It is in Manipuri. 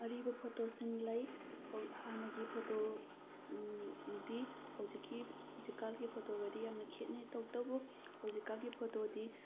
ꯑꯔꯤꯕ ꯐꯣꯇꯣꯁꯤꯡ ꯂꯩ ꯍꯥꯟꯅꯒꯤ ꯐꯣꯇꯣ ꯗꯤ ꯍꯧꯖꯤꯛꯀꯤ ꯍꯧꯖꯤꯛꯀꯥꯜꯒꯤ ꯐꯣꯇꯣꯒꯗꯤ ꯌꯥꯝꯅ ꯈꯦꯠꯅꯩ ꯇꯧꯕꯇꯕꯨ ꯍꯧꯖꯤꯛꯀꯥꯜꯒꯤ ꯐꯣꯇꯣ ꯗꯤ